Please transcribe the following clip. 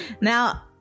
Now